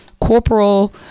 Corporal